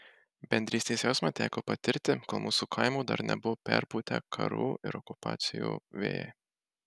bendrystės jausmą teko patirti kol mūsų kaimų dar nebuvo perpūtę karų ir okupacijų vėjai